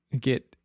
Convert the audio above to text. get